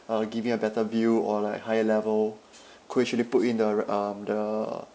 uh giving a better view or like higher level could you actually put in the um the